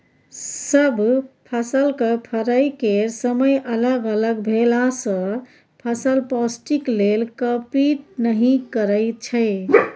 सब फसलक फरय केर समय अलग अलग भेलासँ फसल पौष्टिक लेल कंपीट नहि करय छै